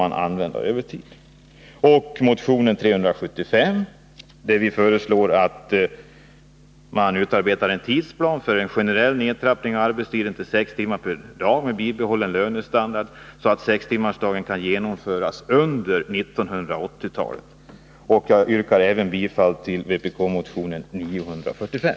Jag yrkar vidare bifall till motion 375, där vi föreslår att riksdagen hemställer hos regeringen om en tidsplan för en generell nedtrappning av arbetstiden till 6 timmar per dag med bibehållen lönestandard, så att sextimmarsdagen kan genomföras under 1980-talet. Jag yrkar även bifall till vpk-motionen 945.